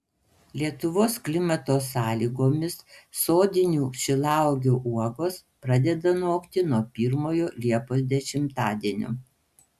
lietuvos klimato sąlygomis sodinių šilauogių uogos pradeda nokti nuo pirmojo liepos dešimtadienio